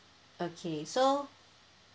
okay so